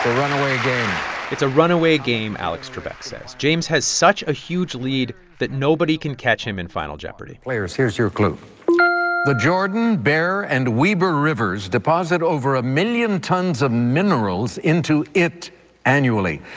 runaway game it's a runaway game, alex trebek says. james has such a huge lead that nobody can catch him in final jeopardy players, here's your clue the jordan, bear and weber rivers deposit over a million tons of minerals into it annually,